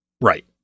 Right